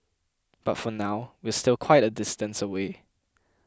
but for now we're still quite a distance away